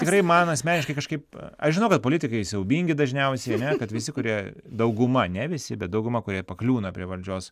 tikrai man asmeniškai kažkaip aš žinau kad politikai siaubingi dažniausiai ane kad visi kurie dauguma ne visi bet dauguma kurie pakliūna prie valdžios